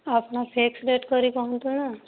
ଆପଣ fix rate କରି କୁହନ୍ତୁ ନା